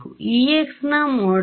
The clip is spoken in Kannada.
ex ನ ಮೊಡ್ಯುಲಸ್